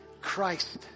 Christ